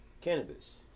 cannabis